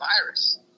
virus